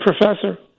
Professor